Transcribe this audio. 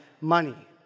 money